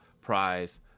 prize